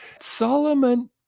Solomon